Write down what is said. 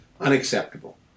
unacceptable